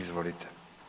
Izvolite.